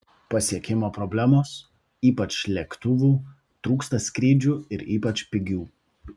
pasiekimo problemos ypač lėktuvų trūksta skrydžių ir ypač pigių